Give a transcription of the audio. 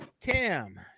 Cam